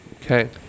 Okay